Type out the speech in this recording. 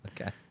Okay